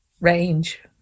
range